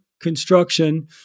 construction